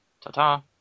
Ta-ta